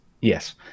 Yes